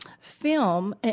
film